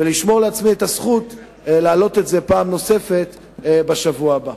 ולשמור לעצמי את הזכות להעלות את זה פעם נוספת בשבוע הבא.